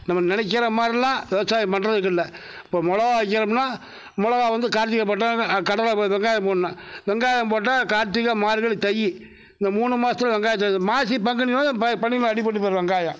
நம்ம நினைக்குற மாதிரில்லாம் விவசாயம் பண்ணுறதில்ல இப்போ மிளகா வைக்கிறமுன்னா மிளகா வந்து கார்த்திகை போட்டோம்னால் கடலை வெங்காயம் போடணும் வெங்காயம் போட்டால் கார்த்திகை மார்கழி தை இந்த மூணு மாதத்துல வெங்காயம் மாசி பங்குனியில் பனியில் அடிப்பட்டு போயிடும் வெங்காயம்